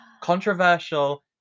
controversial